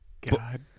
God